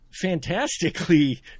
fantastically